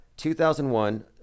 2001